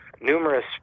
numerous